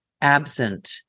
absent